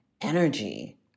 energy